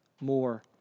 more